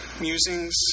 Musings